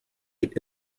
ate